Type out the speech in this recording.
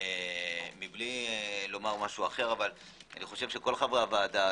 כל חברי הוועדה,